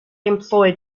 employed